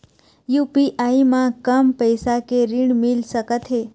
UPI म कम पैसा के ऋण मिल सकथे?